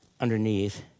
underneath